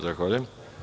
Zahvaljujem.